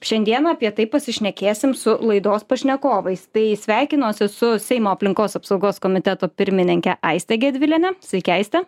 šiandieną apie tai pasišnekėsim su laidos pašnekovais tai sveikinuosi su seimo aplinkos apsaugos komiteto pirmininke aiste gedvilene sveiki aiste